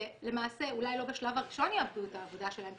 שלמעשה אולי לא בשלב הראשון יאבדו את העבודה שלהם,